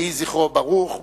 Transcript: יהי זכרו ברוך.